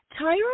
Tyra